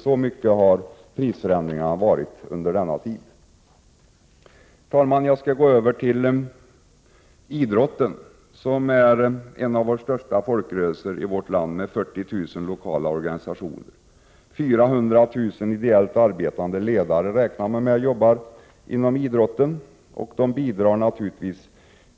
; så stora har prisförändringarna varit under denna tid. Herr talman! Jag skall-gå över till idrotten, som är en av de största folkrörelserna i vårt land, med 40 000 lokala organisationer. Man räknar med att det finns 400 000 ideellt arbetande ledare inom idrotten. De bidrar naturligtvis